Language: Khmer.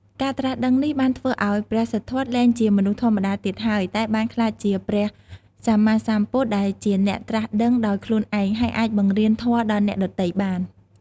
ការត្រាស់ដឹងនេះបានធ្វើឱ្យព្រះសិទ្ធត្ថលែងជាមនុស្សធម្មតាទៀតហើយ តែបានក្លាយជាព្រះសម្មាសម្ពុទ្ធ ដែលជាអ្នកត្រាស់ដឹងដោយខ្លួនឯង ហើយអាចបង្រៀនធម៌ដល់អ្នកដទៃបាន។